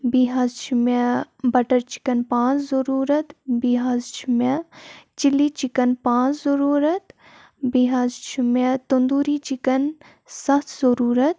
بیٚیہِ حظ چھِ مےٚ بَٹَر چِکَن پانٛژھ ضٔروٗرَت بیٚیہِ حظ چھِ مےٚ چِلی چِکَن پانٛژھ ضٔروٗرَت بیٚیہِ حظ چھِ مےٚ تٔنٛدوٗری چِکَن سَتھ ضٔروٗرَت